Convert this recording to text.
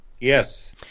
Yes